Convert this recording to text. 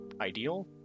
ideal